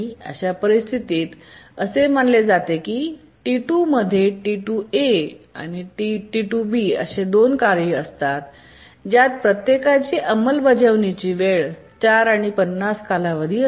अशा परिस्थितीत असे मानले जाते की T2 मध्ये T2 A आणि T2 B अशा दोन कार्ये असतात ज्यात प्रत्येकाची अंमलबजावणी वेळ 4 आणि 50 कालावधी असते